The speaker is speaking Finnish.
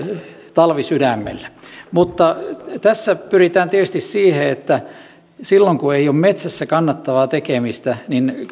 talvisydämellä mutta tässä pyritään tietysti siihen että silloin kun ei ole metsässä kannattavaa tekemistä